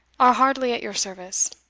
are heartily at your service.